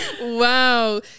wow